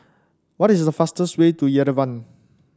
what is the fastest way to Yerevan